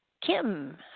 Kim